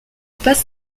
passe